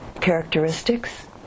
characteristics